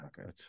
okay